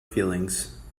feelings